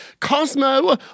Cosmo